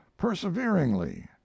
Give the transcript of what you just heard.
perseveringly